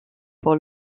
pour